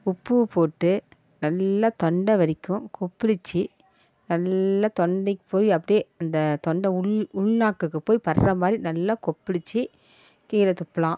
உப்பு போட்டு நல்லா தொண்டை வரைக்கும் கொப்புளிச்சு நல்லா தொண்டைக்கு போய் அப்படியே அந்த தொண்டை உள் உள் நாக்குக்கு போய் பட்டுற மாதிரி நல்லா கொப்புளிச்சு கீழே துப்பலாம்